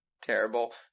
terrible